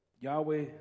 Yahweh